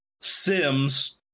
sims